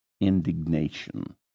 indignation